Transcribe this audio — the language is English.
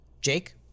Jake